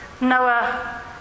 Noah